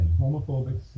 homophobic